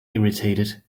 irritated